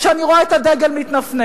כשאני רואה את הדגל מתנפנף.